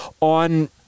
on